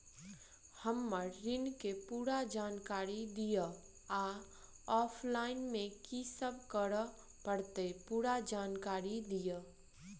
हम्मर ऋण केँ पूरा जानकारी दिय आ ऑफलाइन मे की सब करऽ पड़तै पूरा जानकारी दिय?